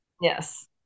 Yes